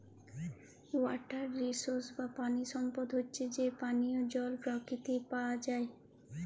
water resources বা পানি সম্পদ হচ্যে যে পানিয় জল পরকিতিতে পাওয়া যায়